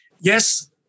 Yes